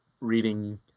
reading